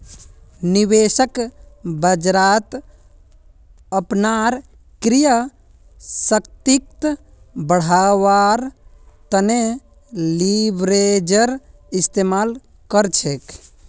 निवेशक बाजारत अपनार क्रय शक्तिक बढ़व्वार तने लीवरेजेर इस्तमाल कर छेक